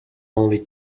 only